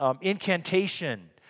incantation